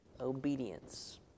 obedience